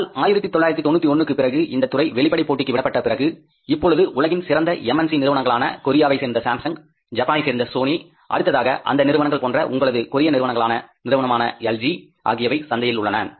ஆனால் 1991க்கு பிறகு இந்த துறை வெளிப்படை போட்டிக்கு விடப்பட்ட பிறகு இப்பொழுது உலகின் சிறந்த MNC நிறுவனங்களான கொரியாவை சேர்ந்த சாம்சங் ஜப்பானை சேர்ந்த சோனி அடுத்ததாக அந்த நிறுவனங்கள் போன்ற உங்களது கோரிய நிறுவனமான எல்ஜி ஆகியவை சந்தையில் உள்ளன